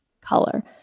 color